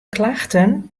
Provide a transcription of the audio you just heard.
klachten